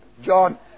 John